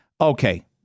okay